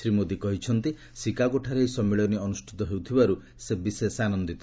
ଶ୍ରୀ ମୋଦି କହିଛନ୍ତି ସିକାଗୋଠାରେ ଏହି ସମ୍ମିଳନୀ ଅନୁଷ୍ଠିତ ହେଉଥିବାରୁ ସେ ବିଶେଷ ଆନନ୍ଦିତ